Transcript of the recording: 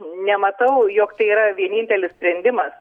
nematau jog tai yra vienintelis sprendimas